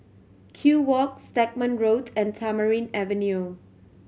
Kew Walk Stagmont Road and Tamarind Avenue